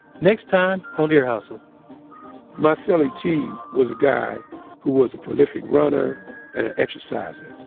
next time on ear hustle my cellie, t, was a guy who was a prolific runner and an exerciser,